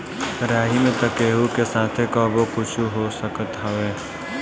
राही में तअ केहू के साथे कबो कुछु हो सकत हवे